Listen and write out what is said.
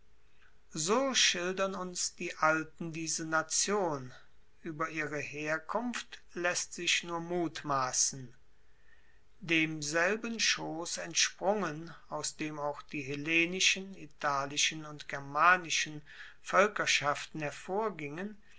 so schildern uns die alten diese nation ueber ihre herkunft laesst sich nur mutmassen demselben schoss entsprungen aus dem auch die hellenischen italischen und germanischen voelkerschaften hervorgingen